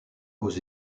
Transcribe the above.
aux